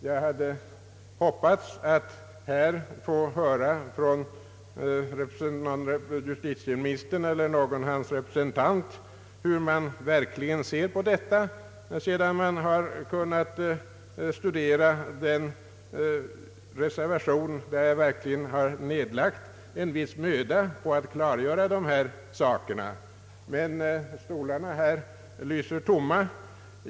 Jag hade hoppats att av justitieministern eller någon hans representant få höra huru man verkligen ser på frågan, sedan man har kunnat studera den reservation i vilken verkligen har nedlagts en viss möda på att klargöra dessa saker. Men stolarna här står tomma.